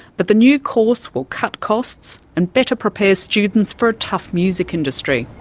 but the new course will cut costs and better prepare students for a tough music industry.